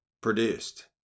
produced